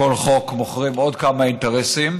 בכל חוק מוכרים עוד כמה אינטרסים.